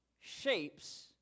shapes